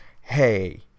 hey